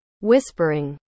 Whispering